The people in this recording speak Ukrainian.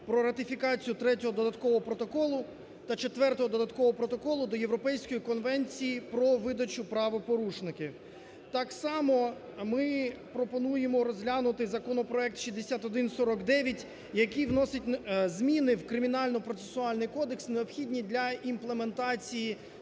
про ратифікацію Третього додаткового протоколу та Четвертого додаткового протоколу до Європейської конвенції про видачу правопорушників. Так само ми пропонуємо розглянути законопроект 6149, який вносить зміни в Кримінально-процесуальний кодекс, необхідні для імплементації